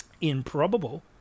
Improbable